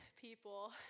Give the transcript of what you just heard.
people